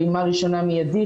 פעימה ראשונה מיידית,